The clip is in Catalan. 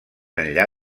enllà